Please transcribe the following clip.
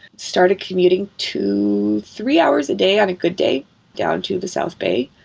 started commuting two, three hours a day on a good day down to the south bay.